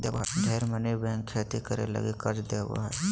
ढेर मनी बैंक खेती करे लगी कर्ज देवो हय